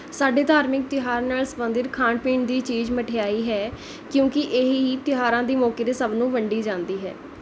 ਸਾਡੇ ਧਾਰਮਿਕ ਤਿਉਹਾਰ ਨਾਲ ਸਬੰਧਿਤ ਖਾਣ ਪੀਣ ਦੀ ਚੀਜ਼ ਮਠਿਆਈ ਹੈ ਕਿਉਂਕਿ ਇਹ ਹੀ ਤਿਉਹਾਰਾਂ ਦੀ ਮੌਕੇ 'ਤੇ ਸਭ ਨੂੰ ਵੰਡੀ ਜਾਂਦੀ ਹੈ